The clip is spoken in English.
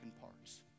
parts